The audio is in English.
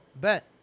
Bet